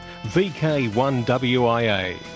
VK1WIA